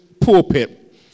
pulpit